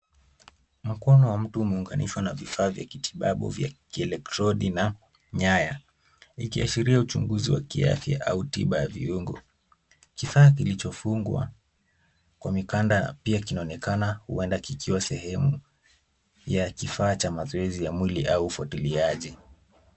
Mkono wa mtu umeunganishwa na vifaa vya kitibabu vya kielektroniki na nyaya ikiashiria uchunguzi wa kiafya au tiba ya viungo. Kifaa kilichofungwa kwa mikanda pia kinaonekana huenda kikiwa sehemu ya kifaa cha mazoezi ya mwili au ufuatiliaji.